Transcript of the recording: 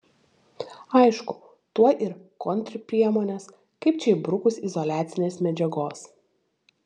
aišku tuoj ir kontrpriemonės kaip čia įbrukus izoliacinės medžiagos